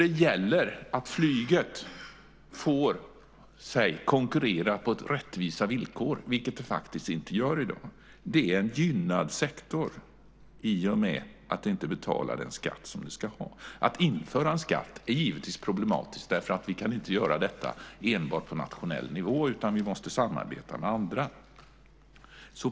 Det gäller att flyget får konkurrera på rättvisa villkor, vilket det faktiskt inte gör i dag. Det är en gynnad sektor i och med att man inte betalar den skatt som man ska. Att införa en skatt är givetvis problematiskt eftersom vi inte kan göra detta enbart på nationell nivå, utan vi måste samarbeta med andra.